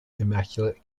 immaculate